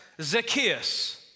Zacchaeus